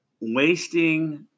wasting